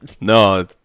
No